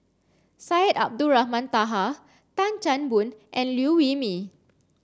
Syed Abdulrahman Taha Tan Chan Boon and Liew Wee Mee